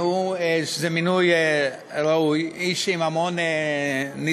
שהוא מינוי ראוי, איש עם המון ניסיון,